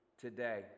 today